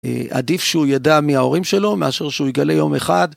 עדיף שהוא ידע מההורים שלו מאשר שהוא יגלה יום אחד.